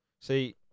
See